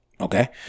okay